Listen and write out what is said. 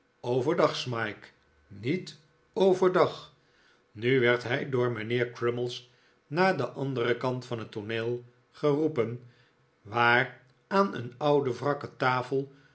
overdag smike niet overdag nu werd hij door mijnheer crummies naar den anderen kant van het tooneel geroepen waar aan een oude wrakke tafel